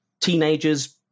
teenagers